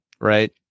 Right